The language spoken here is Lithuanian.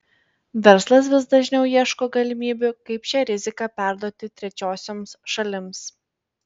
verslas vis dažniau ieško galimybių kaip šią riziką perduoti trečiosioms šalims